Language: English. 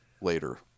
later